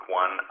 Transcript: one